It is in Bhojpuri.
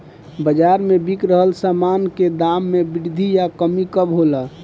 बाज़ार में बिक रहल सामान के दाम में वृद्धि या कमी कब होला?